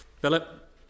Philip